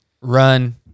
run